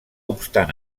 obstant